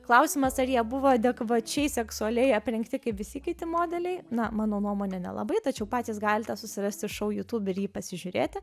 klausimas ar jie buvo adekvačiai seksualiai aprengti kaip visi kiti modeliai na mano nuomone nelabai tačiau patys galite susirasti šou youtube ir jį pasižiūrėti